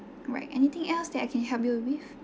right anything else that I can help you with